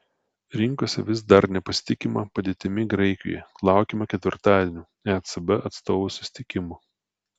rinkose vis dar nepasitikima padėtimi graikijoje laukiama ketvirtadienio ecb atstovų susitikimo